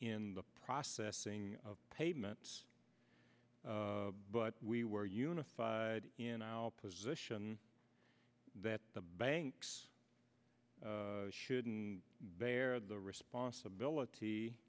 in the processing of payments but we were unified in our position that the banks shouldn't bear the responsibility